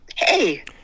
Hey